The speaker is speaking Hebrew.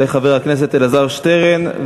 יעלה חבר הכנסת אלעזר שטרן,